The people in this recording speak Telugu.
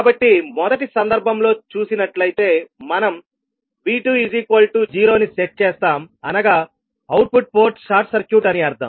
కాబట్టి మొదటి సందర్భంలో చూసినట్లయితే మనం V20ని సెట్ చేస్తాం అనగా అవుట్పుట్ పోర్ట్ షార్ట్ సర్క్యూట్ అని అర్థం